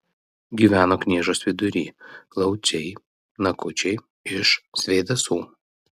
gyveno kniežos vidury lauciai nakučiai iš svėdasų